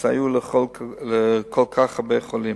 שסייעו לכל כך הרבה חולים.